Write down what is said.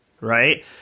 Right